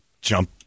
jump